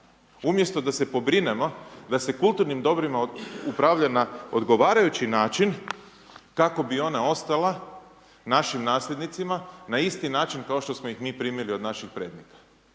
umjesto da se pobrinemo da se kulturnim dobrima upravlja na odgovarajući način kako bi ona ostala našim nasljednicima na isti način kao što smo ih mi primili od naših predaka.